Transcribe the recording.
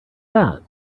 that